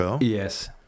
Yes